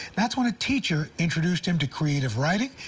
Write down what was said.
that's when a teacher introduced him to creative writing,